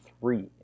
three